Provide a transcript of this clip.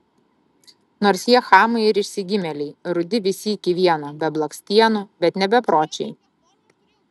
nors jie chamai ir išsigimėliai rudi visi iki vieno be blakstienų bet ne bepročiai